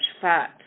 fat